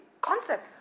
concept